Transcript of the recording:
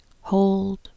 hold